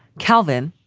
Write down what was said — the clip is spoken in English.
calvin.